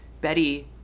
Betty